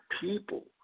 people